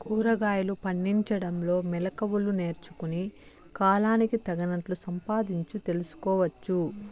కూరగాయలు పండించడంలో మెళకువలు నేర్చుకుని, కాలానికి తగినట్లు సంపాదించు తెలుసుకోవచ్చు